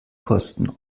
kosten